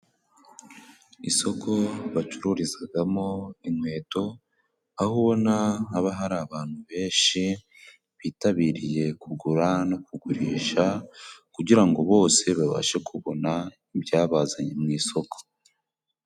Isoko bacururizagamo inkweto, aho ubona haba hari abantu benshi bitabiriye kugura no kugurisha, kugira ngo bose babashe kubona ibyabazanye mu isoko.